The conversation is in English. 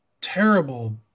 terrible